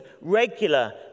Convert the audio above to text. regular